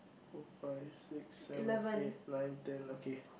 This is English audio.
four five six seven eight nine ten okay